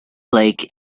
lake